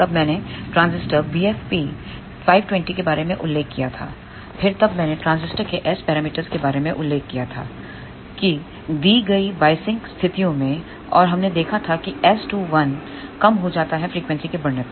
तब मैंने transistor BFP 520 के बारे में उल्लेख किया थाऔर फिर तब मैंने ट्रांजिस्टर के एस पैरामीटर्स के बारे में उल्लेख किया था की दिए गए बायसिंग स्थितियों मे और हमने देखा था कि S21 कम हो जाता है फ्रीक्वेंसी के बढ़ने पर